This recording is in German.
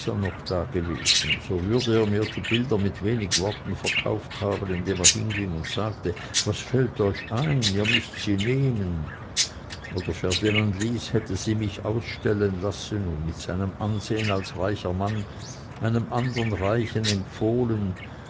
noch dagewesen so würde er mir die bilder mit wenig worten verkauft haben indem er hinging und sagte was fällt euch ein ihr müßt sie nehmen oder ferdinand lys hätte sie mich ausstellen lassen und mit seinem ansehen als reicher mann einem andern reichen empfohlen